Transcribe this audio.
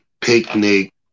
picnic